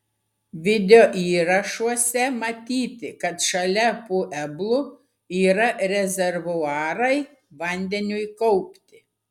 videoįrašuose matyti kad šalia pueblų yra rezervuarai vandeniui kaupti